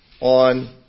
on